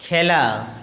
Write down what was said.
খেলা